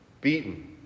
beaten